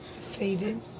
Faded